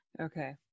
Okay